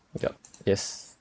yup yes